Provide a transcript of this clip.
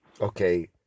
Okay